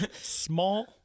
Small